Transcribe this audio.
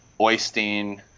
Oystein